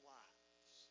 lives